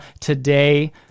today